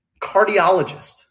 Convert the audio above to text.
cardiologist